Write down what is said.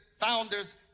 founders